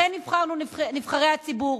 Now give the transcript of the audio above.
לכן נבחרנו, נבחרי הציבור.